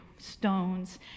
stones